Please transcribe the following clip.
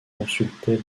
consultait